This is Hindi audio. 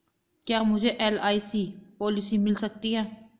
क्या मुझे एल.आई.सी पॉलिसी मिल सकती है?